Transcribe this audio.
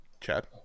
Chad